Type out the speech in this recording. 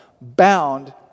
bound